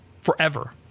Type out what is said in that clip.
forever